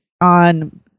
on